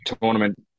tournament